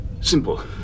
Simple